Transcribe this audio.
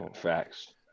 Facts